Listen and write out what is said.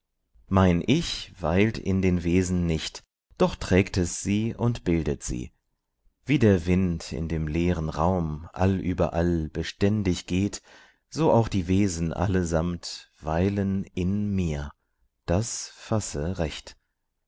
mein ich weilt in den wesen nicht doch trägt es sie und bildet sie wie der wind in dem leeren raum allüberall beständig geht so auch die wesen allesamt weilen in mir das fasse recht